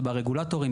זה ברגולטורים,